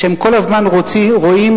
שכל הזמן רואים